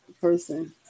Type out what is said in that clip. person